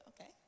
okay